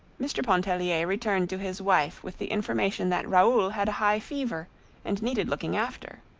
mr. pontellier returned to his wife with the information that raoul had a high fever and needed looking after.